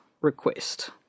request